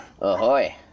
Ahoy